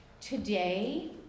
Today